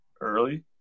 early